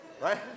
right